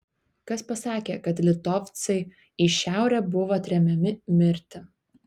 kas pasakė kad litovcai į šiaurę buvo tremiami mirti